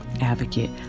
advocate